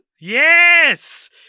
yes